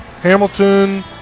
Hamilton